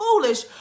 foolish